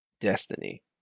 Destiny